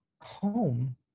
home